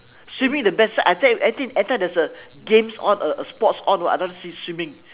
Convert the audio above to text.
swimming is the best so I say everything every time there's a game on a sports on what I want to see swimming